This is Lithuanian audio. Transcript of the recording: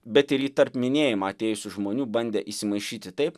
bet ir į tarp minėjimą atėjusių žmonių bandė įsimaišyti taip